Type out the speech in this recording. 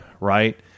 right